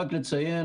רק לציין,